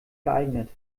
geeignet